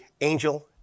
angel